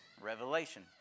Revelation